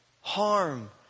harm